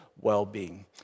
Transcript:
well-being